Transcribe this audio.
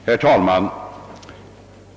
Herr talman!